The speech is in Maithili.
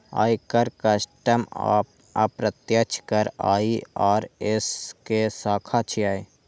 आयकर, कस्टम आ अप्रत्यक्ष कर आई.आर.एस के शाखा छियै